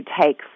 take